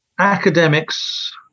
Academics